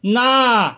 না